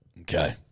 Okay